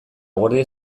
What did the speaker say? guardia